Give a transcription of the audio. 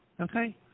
okay